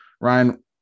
Ryan